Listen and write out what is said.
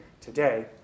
today